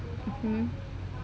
(uh huh)